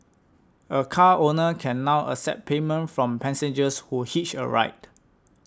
a car owner can now accept payment from passengers who hitch a ride